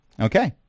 Okay